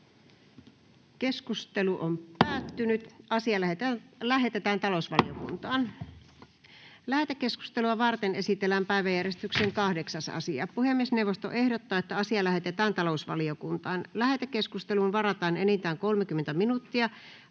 119 §:n muuttamisesta Time: N/A Content: Lähetekeskustelua varten esitellään päiväjärjestyksen 8. asia. Puhemiesneuvosto ehdottaa, että asia lähetetään talousvaliokuntaan. Lähetekeskusteluun varataan enintään 30 minuuttia.